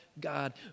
God